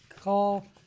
call